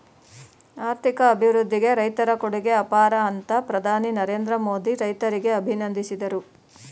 ಆರ್ಥಿಕ ಅಭಿವೃದ್ಧಿಗೆ ರೈತರ ಕೊಡುಗೆ ಅಪಾರ ಅಂತ ಪ್ರಧಾನಿ ನರೇಂದ್ರ ಮೋದಿ ರೈತರಿಗೆ ಅಭಿನಂದಿಸಿದರು